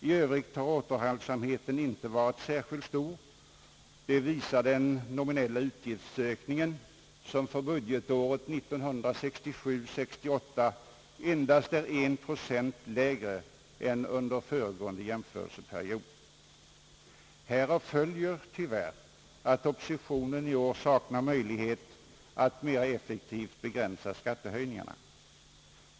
I övrigt har återhållsamheten inte varit särskilt stor. Det visar den nominella utgiftsökningen, som för budgetåret 1967/ 68 endast är 1 procent lägre än under föregående jämförelseperiod. Härav följer tyvärr att oppositionen i år saknar möjlighet att mera effektivt begränsa skattehöjningarna.